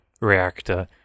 reactor